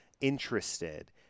interested